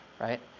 right